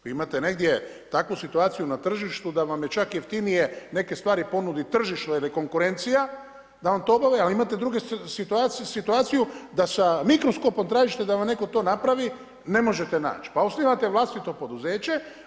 Vi imate negdje takvu situaciju na tržištu da vam je čak jeftinije neke stvari ponuditi tržišnoj jer je konkurencija da vam to obave, ali imate drugu situaciju da sa mikroskopom tražite da vam netko to napravi ne možete naći, pa osnivate vlastito poduzeće.